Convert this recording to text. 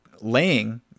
laying